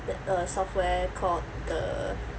that a software called the